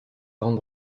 grande